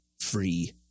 free